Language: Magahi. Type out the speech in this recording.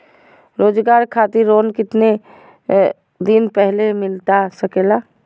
रोजगार खातिर लोन कितने दिन पहले मिलता सके ला?